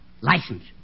license